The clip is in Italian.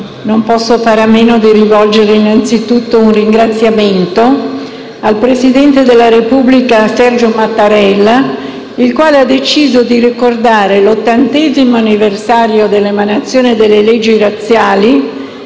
non posso fare a meno di rivolgere innanzitutto un ringraziamento al presidente della Repubblica Sergio Mattarella, il quale ha deciso di ricordare l'ottantesimo anniversario dell'emanazione delle leggi razziali,